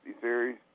series